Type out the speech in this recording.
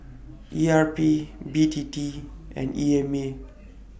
E R P B T T and E M A